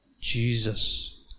Jesus